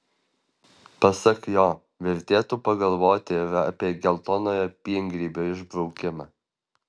pasak jo vertėtų pagalvoti ir apie geltonojo piengrybio išbraukimą